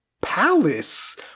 Palace